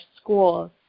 schools